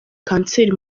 kanseri